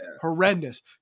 horrendous